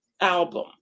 album